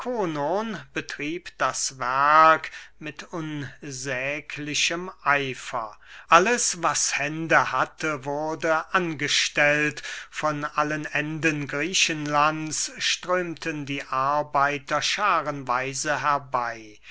betrieb das werk mit unsäglichem eifer alles was hände hatte wurde angestellt von allen enden griechenlands strömten die arbeiter schaarenweise herbey